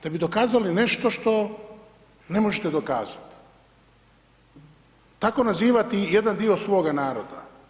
Da bi dokazali nešto što ne možete dokazat, tako nazivati jedan dio svoga naroda.